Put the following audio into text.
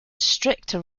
stricter